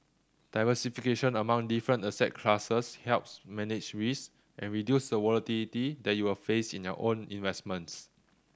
diversification among different asset classes helps manage risk and reduce the volatility that you will face in your investments